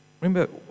remember